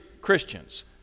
Christians